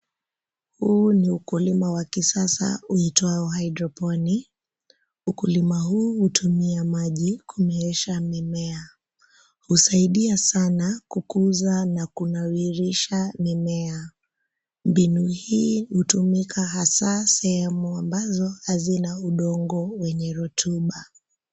Huu ni ukulima wa kisasa uitwao Hydroponic . Ukulima huu hutumia maji kumeesha mimea. Husaidia sana kukuza na kunawirisha mimea. Mbinu hii hutumika hasaa sehemu ambazo hazina udongo wenye rutuba.